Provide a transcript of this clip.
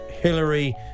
Hillary